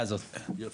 אז זה